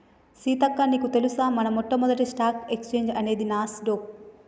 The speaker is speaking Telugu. సీతక్క నీకు తెలుసా మన మొట్టమొదటి స్టాక్ ఎక్స్చేంజ్ అనేది నాస్ డొక్